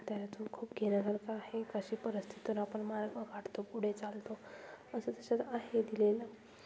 त्यातून खूप घेण्यासारखं आहे कशी परिस्थिती आणि आपण मार्ग काढतो पुढे चालतो असं तसंच आहे दिलेलं